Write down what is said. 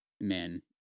men